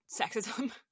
sexism